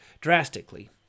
drastically